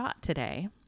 Today